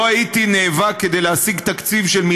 לא הייתי נאבק כדי להשיג תקציב של 1.5